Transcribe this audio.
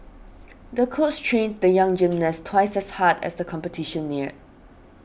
the coach trained the young gymnast twice as hard as the competition neared